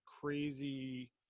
crazy